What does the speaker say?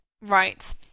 Right